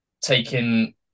taking